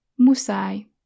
Musai